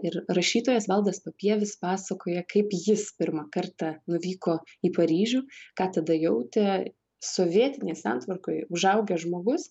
ir rašytojas valdas papievis pasakoja kaip jis pirmą kartą nuvyko į paryžių ką tada jautė sovietinėj santvarkoj užaugęs žmogus